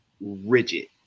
rigid